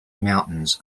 mountains